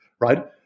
right